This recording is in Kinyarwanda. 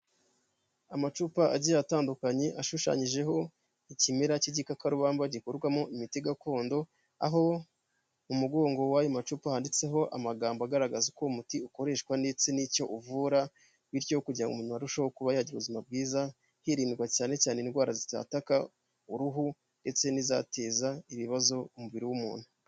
Amacupa agiye atandukanye ashushanyijeho ikimerara cy'igikakabamba gikorwamo imiti gakondo, aho umugongo w'ayo macupa handitseho amagambo agaragaza uko uwo muti ukoreshwa, ndetse n'icyo uvura, bityo kugira ngo umuntu arusheho kuba yagira ubuzima bwiza, hirindwa cyane cyane indwara zataka uruhu, ndetse n'izateza ibibazo umubiri w'umuntu.